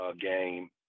game